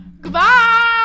goodbye